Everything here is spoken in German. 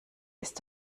ist